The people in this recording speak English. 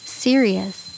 serious